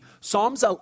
Psalms